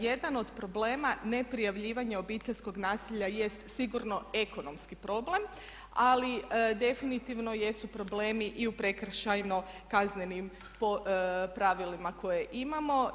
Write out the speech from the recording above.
Jedan od problema neprijavljivanja obiteljskog nasilja jest sigurno ekonomski problem ali definitivno jesu problemi i u prekršajno kaznenim pravilima koje imamo.